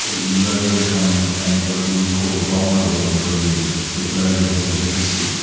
but low income and what we would call vulnerable employees with low levels of literacy.